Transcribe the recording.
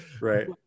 Right